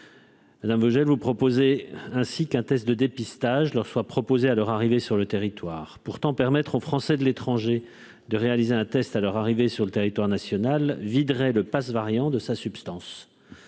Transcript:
Madame Vogel vous proposer, ainsi qu'un test de dépistage leur soit proposé à leur arrivée sur le territoire pourtant permettre aux Français de l'étranger, de réaliser un test à leur arrivée sur le territoire national viderait le Pass variant de sa substance,